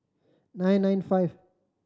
nine nine five